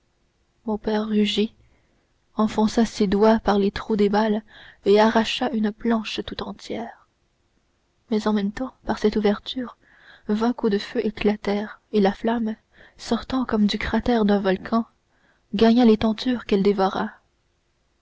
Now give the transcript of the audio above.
mon père rugit enfonça ses doigts par les trous des balles et arracha une planche tout entière mais en même temps par cette ouverture vingt coups de feu éclatèrent et la flamme sortant comme du cratère d'un volcan gagna les tentures qu'elle dévora